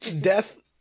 death-